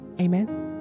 Amen